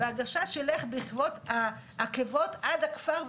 והגשש ילך בעקבות העקבות עד הכפר,